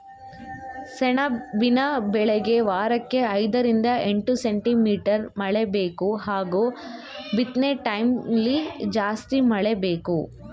ಸೆಣಬಿನ ಬೆಳೆಗೆ ವಾರಕ್ಕೆ ಐದರಿಂದ ಎಂಟು ಸೆಂಟಿಮೀಟರ್ ಮಳೆಬೇಕು ಹಾಗೂ ಬಿತ್ನೆಟೈಮ್ಲಿ ಜಾಸ್ತಿ ಮಳೆ ಬೇಕು